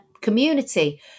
community